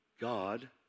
God